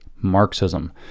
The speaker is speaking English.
Marxism